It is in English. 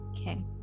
Okay